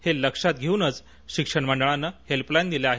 हे लक्षात घेऊनच शिक्षण मंडळानं हेल्पलाईन दिल्या आहेत